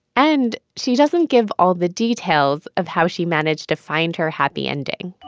and she doesn't give all the details of how she managed to find her happy ending,